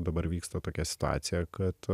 dabar vyksta tokia situacija kad